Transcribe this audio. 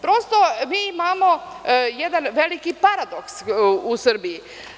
Prosto, mi imamo jedan veliki paradoks u Srbiji.